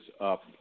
up